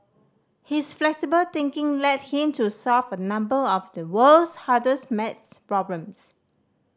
his flexible thinking led him to solve a number of the world's hardest maths problems